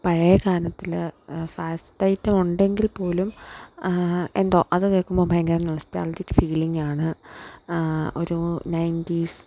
പഴയ ഗാനത്തിൽ fast item ഉണ്ടെങ്കിൽ പോലും എന്തോ അത് കേൾക്കുമ്പോൾ ഭയങ്കര നൊസ്റ്റാൾജിക്ക് ഫീലിങ്ങാണ് ഒരു നയൻറ്റീസ്